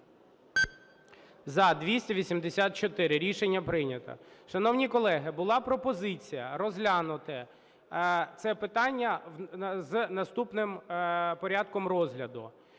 За-284 Рішення прийнято. Шановні колеги, була пропозиція розглянути це питання з наступним порядком розгляду: